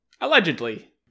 Allegedly